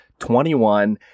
21